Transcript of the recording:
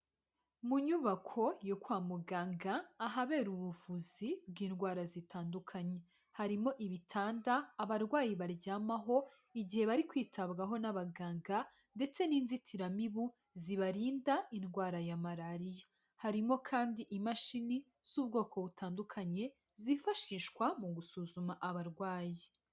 Mu nyubako yo kwa muganga ahabera ubuvuzi bw'indwara zitandukanye, harimo ibitanda abarwayi baryamaho igihe bari kwitabwaho n'abaganga, ndetse n'inzitiramibu zibarinda indwara ya malariya. Harimo kandi imashini z'ubwoko butandukanye zifashishwa mu gusuzuma abarwayi.